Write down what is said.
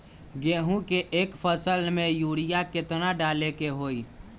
गेंहू के एक फसल में यूरिया केतना डाले के होई?